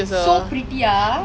its so pretty ah